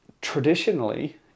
traditionally